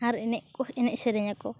ᱟᱨ ᱮᱱᱮᱡᱠᱚ ᱮᱱᱮᱡ ᱥᱮᱨᱮᱧᱟᱠᱚ